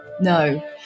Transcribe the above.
No